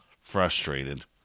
frustrated